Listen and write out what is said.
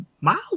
Miles